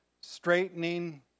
straightening